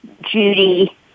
Judy